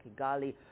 Kigali